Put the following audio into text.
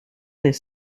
des